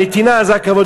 הנתינה זה הכבוד בשבילי.